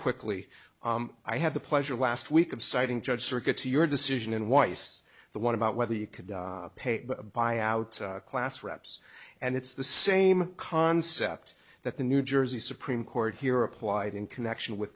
quickly i had the pleasure last week of citing judge circuit to your decision in weiss the one about whether you could pay a buyout class wraps and it's the same concept that the new jersey supreme court here applied in connection with